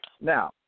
Now